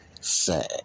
sad